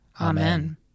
Amen